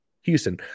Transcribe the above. Houston